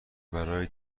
برای